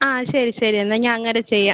ആ ശരി ശരി എന്നാൽ ഞാൻ അങ്ങനെ ചെയ്യാം